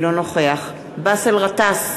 אינו נוכח באסל גטאס,